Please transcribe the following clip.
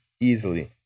easily